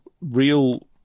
real